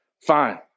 Fine